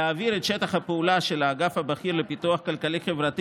להעביר את שטח הפעולה של האגף הבכיר לפיתוח כלכלי-חברתי